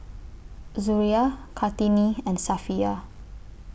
Suria Kartini and Safiya